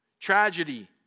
tragedy